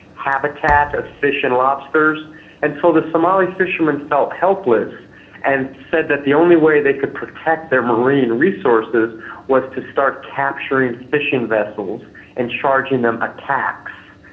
habitat of fish and lobsters and so the somali fishermen felt helpless and said that the only way they could protect their marine resources was to start capturing fishing vessels and charging them a tax.